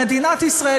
במדינת ישראל,